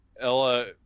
Ella